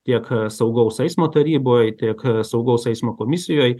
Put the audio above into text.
tiek saugaus eismo taryboj tiek saugaus eismo komisijoj